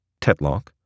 Tetlock